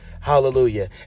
hallelujah